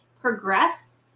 progress